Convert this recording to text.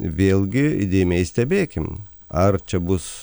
vėlgi įdėmiai stebėkim ar čia bus